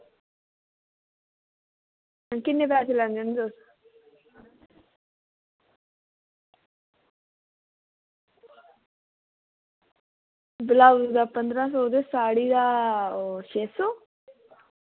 किन्ने पैहे लैंदे होंदे तुस बलाउज़ दा पंदरां सौ ते साड़ी दा ओह् छे सौ